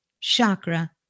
chakra